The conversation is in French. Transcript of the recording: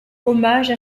hommages